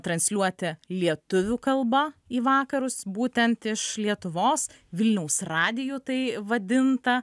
transliuoti lietuvių kalba į vakarus būtent iš lietuvos vilniaus radiju tai vadinta